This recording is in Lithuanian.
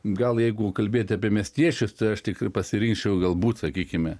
gal jeigu kalbėti apie miestiečius tai aš tikrai pasiryžčiau galbūt sakykime